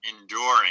enduring